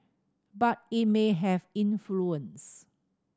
but it may have influence